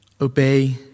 Obey